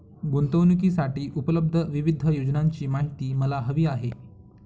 गुंतवणूकीसाठी उपलब्ध विविध योजनांची माहिती मला हवी आहे